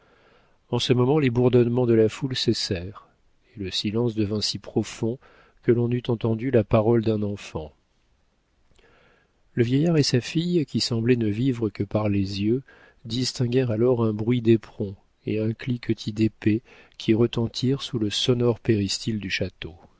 en ce moment les bourdonnements de la foule cessèrent et le silence devint si profond que l'on eût entendu la parole d'un enfant le vieillard et sa fille qui semblaient ne vivre que par les yeux distinguèrent alors un bruit d'éperons et un cliquetis d'épées qui retentirent sous le sonore péristyle du château